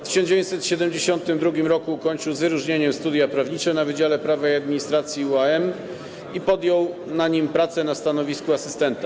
W 1972 r. ukończył z wyróżnieniem studia prawnicze na Wydziale Prawa i Administracji UAM i podjął na nim pracę na stanowisku asystenta.